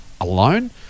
alone